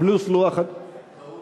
טעות